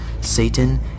Satan